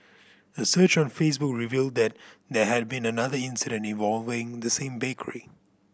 a search on Facebook revealed that there had been another incident involving the same bakery